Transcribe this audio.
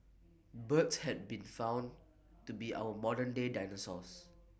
birds had been found to be our modern day dinosaurs